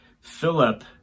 Philip